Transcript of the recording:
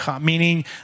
Meaning